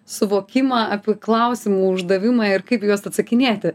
suvokimą apie klausimų uždavimą ir kaip į juos atsakinėti